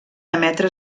emetre